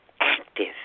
active